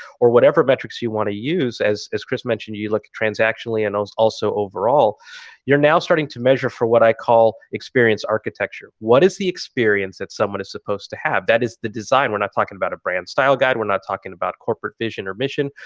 or whatever metrics you want to use as as chris mentioned, you you look transactionally and also also overall you're now starting to measure for what i call experience architecture. what is the experience that someone is supposed to have? that is the design. we're not talking about a brand style guide. we're not talking about corporate vision or mission.